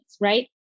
right